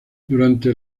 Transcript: durante